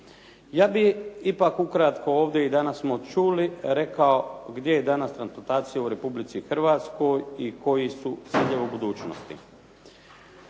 Ja bih ipak ukratko ovdje, i danas smo čuli, rekao gdje je danas transplantacija u Republici Hrvatskoj i koji su ciljevi u budućnosti.